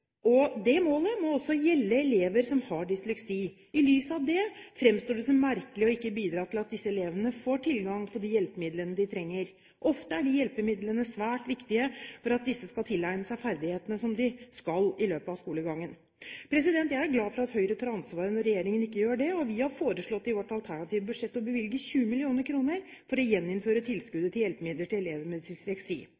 Det målet må også gjelde elever som har dysleksi. I lys av det fremstår det som merkelig å ikke bidra til at disse elevene får tilgang på de hjelpemidlene de trenger. Ofte er de hjelpemidlene svært viktige for at disse skal tilegne seg ferdighetene de skal, i løpet av skolegangen. Jeg er glad for at Høyre tar ansvar når regjeringen ikke gjør det, og vi har foreslått i vårt alternative budsjett å bevilge 20 mill. kr for å gjeninnføre